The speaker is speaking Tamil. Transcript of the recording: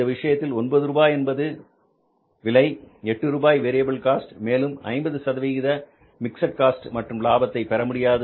இந்த விஷயத்தில் ஒன்பது ரூபாய் என்பது விலை எட்டு ரூபாய் வேரியபில் காஸ்ட் மேலும் 50 சதவிகித பிக்ஸட் காஸ்ட் மற்றும் லாபத்தை பெறமுடியாது